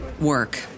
work